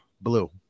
Blue